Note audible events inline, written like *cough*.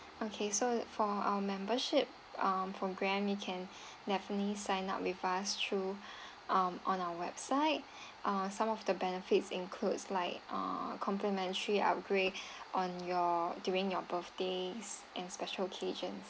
okay so for our membership um program you can *breath* definitely sign up with us through *breath* um on our website *breath* ah some of the benefits includes like err complimentary upgrade *breath* on your during your birthdays and special occasions